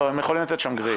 לא, הם יכולים לתת שם גרייס.